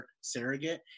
surrogate